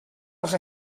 als